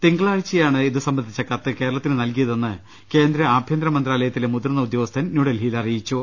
തിങ്കളാഴ്ചയാണ് ഇതുസംബന്ധിച്ച കത്ത് കേരളത്തിന് നൽകിയതെന്ന് കേന്ദ്ര ആഭ്യന്തര മന്ത്രാലയത്തിലെ മുതിർന്ന ഉദ്യോഗസ്ഥൻ ന്യൂഡൽഹിയിൽ അറിയിച്ചു